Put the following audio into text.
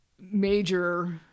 major